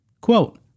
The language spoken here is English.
Quote